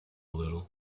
little